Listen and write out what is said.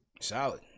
Solid